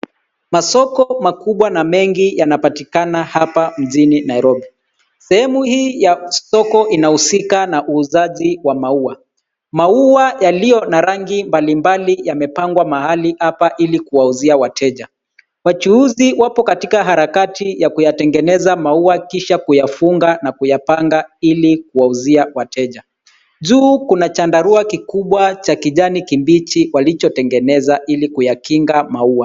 Masoko makubwa na mengi yanapatikana hapa mjini Nairobi. Sehemu hii ya soko inahusika na uuzaji wa maua. Maua yaliyo na rangi mbalimbali yamepangwa mahali hapa ili kuwauzia wateja. Wachuuzi wapo katika harakati ya kuyatengeneza maua kisha kuyafunga na kuyapanga ili kuwauzia wateja. Juu, kuna chandarua kikubwa cha kijani kibichi walichotengeneza ili kuyakinga maua.